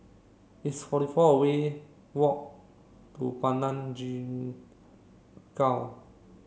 it's forty four we walk to Padang